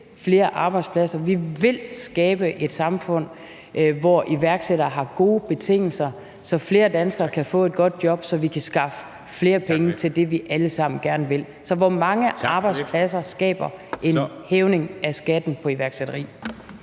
flere arbejdspladser, vi vil skabe et samfund, hvor iværksættere har gode betingelser, så flere danskere kan få et godt job, og så vi kan skaffe flere penge til det (Formanden (Henrik Dam Kristensen): Tak for det.), vi alle sammen gerne vil. Så hvor mange arbejdspladser skaber det, at man hæver skatten på iværksætteri?